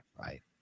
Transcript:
right